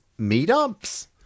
meetups